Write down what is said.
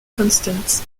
constant